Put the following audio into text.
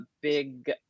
big